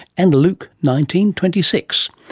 and luke nineteen twenty six.